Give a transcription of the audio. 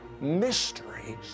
mysteries